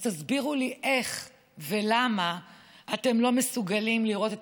אז תסבירו לי איך ולמה אתם לא מסוגלים לראות את